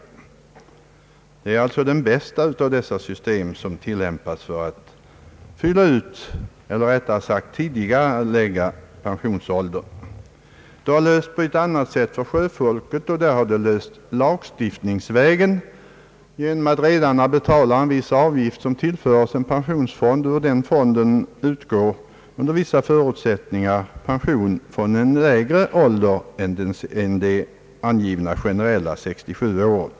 Detta är alltså det bästa av de system som tillämpas för att fylla ut och tidigarelägga pensionen. Det har lösts på annat sätt för sjöfolket. Där har det lösts lagstiftningsvägen, genom att redarna ålagts betala en viss avgift som tillförs en pensionsfond. Ur den fonden utgår under vissa förutsättningar pension från en lägre ålder än de angivna generella 67 åren.